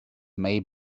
may